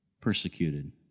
persecuted